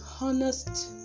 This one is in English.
honest